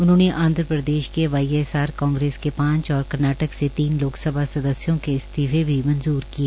उन्होंने आंध्रप्रदेश के Y S R Congress के पांच और कर्नाटक से तीन लोकसभा सदस्यों के इस्तीफे भी मंजूर किए